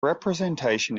representation